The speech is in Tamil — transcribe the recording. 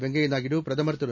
வெங்கய்ய நாயுடு பிரதமர் திரு